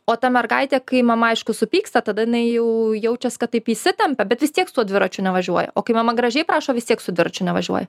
o ta mergaitė kai mama aišku supyksta tada jinai jau jaučias kad taip įsitempia bet vis tiek su tuo dviračiu nevažiuoja o kai mama gražiai prašo vis tiek su dviračiu nevažiuoja